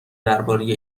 درباره